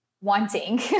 wanting